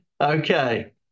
Okay